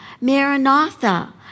Maranatha